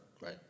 Right